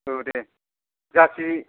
औ दे जार्सि